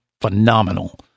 phenomenal